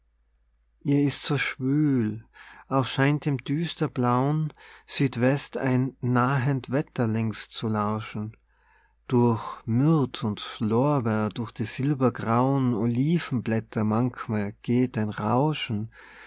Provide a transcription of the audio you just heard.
ihr ist so schwül auch scheint im düsterblauen südwest ein nahend wetter längst zu lauschen durch myrth und lorbeer durch die silbergrauen olivenblätter manchmal geht ein rauschen